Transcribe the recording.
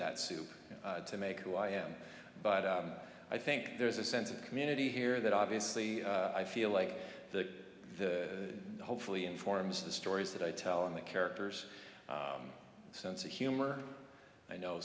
that soup to make who i am but i think there's a sense of community here that obviously i feel like the hopefully informs the stories that i tell in the characters a sense of humor i know